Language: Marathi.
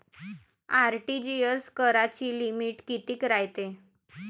आर.टी.जी.एस कराची लिमिट कितीक रायते?